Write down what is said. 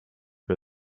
for